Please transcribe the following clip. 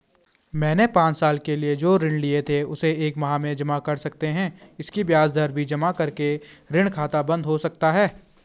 मैंने पांच साल के लिए जो ऋण लिए थे उसे एक माह में जमा कर सकते हैं इसकी ब्याज दर भी जमा करके ऋण खाता बन्द हो सकता है?